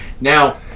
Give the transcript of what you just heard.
Now